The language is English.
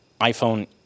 iPhone